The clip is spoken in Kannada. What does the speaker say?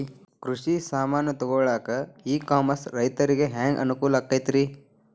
ಕೃಷಿ ಸಾಮಾನ್ ತಗೊಳಕ್ಕ ಇ ಕಾಮರ್ಸ್ ರೈತರಿಗೆ ಹ್ಯಾಂಗ್ ಅನುಕೂಲ ಆಕ್ಕೈತ್ರಿ?